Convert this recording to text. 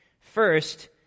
First